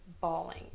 bawling